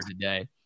today